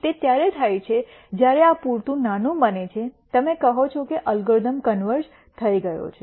તે ત્યારે થાય છે જ્યારે આ પૂરતું નાનું બને છે તમે કહો છો કે અલ્ગોરિધમનો કન્વર્ઝ થઈ ગયો છે